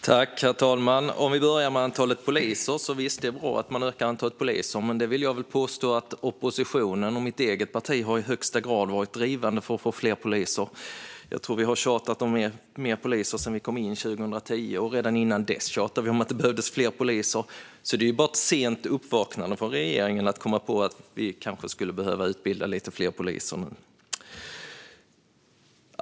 Herr talman! Jag börjar med antalet poliser. Visst är det bra att man ökar antalet poliser, men jag vill påstå att oppositionen och mitt eget parti i högsta grad har varit drivande för att få fler poliser. Jag tror att vi har tjatat om fler poliser sedan vi kom in i riksdagen 2010, och redan innan dess tjatade vi om att det behövdes fler poliser. Det är bara ett sent uppvaknande från regeringen att komma på att det kanske skulle behöva utbildas lite fler poliser.